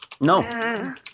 No